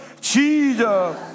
Jesus